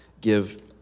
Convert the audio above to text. give